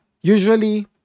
Usually